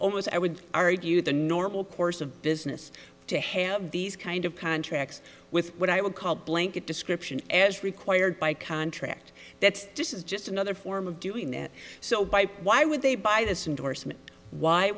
almost i would argue the normal course of business to have these kind of contracts with what i would call blanket description as required by contract that this is just another form of doing it so by why would they buy th